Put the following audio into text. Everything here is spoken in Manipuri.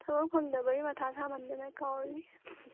ꯊꯕꯛ ꯐꯪꯗꯕꯒꯤ ꯃꯊꯥ ꯁꯃꯟꯗꯅ ꯀꯥꯎꯔꯦ